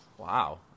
Wow